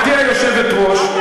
גברתי היושבת-ראש,